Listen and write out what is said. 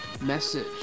message